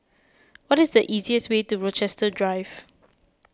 what is the easiest way to Rochester Drive